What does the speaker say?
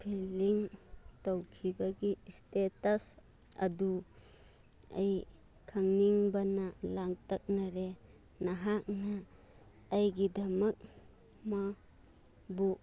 feeling ꯇꯧꯈꯤꯕꯒꯤ ꯏꯁꯇꯦꯇꯁ ꯑꯗꯨ ꯑꯩ ꯈꯪꯅꯤꯡꯕꯅ ꯂꯥꯡꯇꯛꯅꯔꯦ ꯅꯍꯥꯛꯅ ꯑꯩꯒꯤꯗꯃꯛ ꯃꯥꯕꯨ